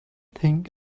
think